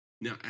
Now